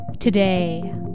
Today